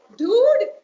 dude